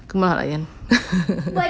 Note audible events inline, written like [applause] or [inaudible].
kimak [laughs]